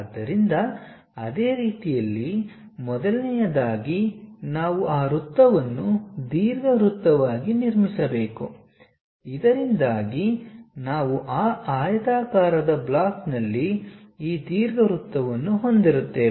ಆದ್ದರಿಂದ ಅದೇ ರೀತಿ ಮೊದಲನೆಯದಾಗಿ ನಾವು ಆ ವೃತ್ತವನ್ನು ದೀರ್ಘವೃತ್ತವಾಗಿ ನಿರ್ಮಿಸಬೇಕು ಇದರಿಂದಾಗಿ ನಾವು ಆ ಆಯತಾಕಾರದ ಬ್ಲಾಕ್ ನಲ್ಲಿ ಈ ದೀರ್ಘವೃತ್ತವನ್ನು ಹೊಂದಿರುತ್ತೇವೆ